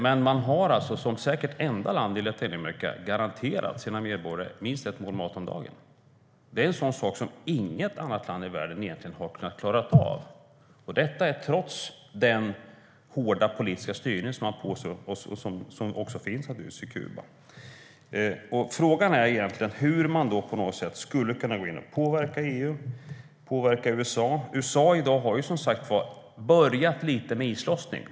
Men de har som säkert enda land i Latinamerika garanterat sina medborgare minst ett mål mat om dagen. Det är en sådan sak som inget annat land i världen egentligen har klarat av. Detta har skett trots den hårda politiska styrning som man påstår finns och som naturligtvis finns i Kuba. Frågan är hur man på något sätt skulle kunna gå in och påverka EU och USA. USA har i dag börjat lite med islossning.